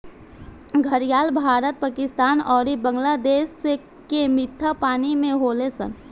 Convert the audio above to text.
घड़ियाल भारत, पाकिस्तान अउरी बांग्लादेश के मीठा पानी में होले सन